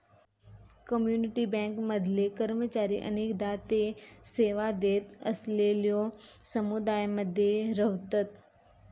community bank मधले कर्मचारी अनेकदा ते सेवा देत असलेलल्यो समुदायांमध्ये रव्हतत